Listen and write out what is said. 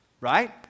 right